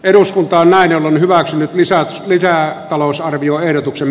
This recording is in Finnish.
eduskunta on hyväksynyt lisää pitää talousarvioehdotuksen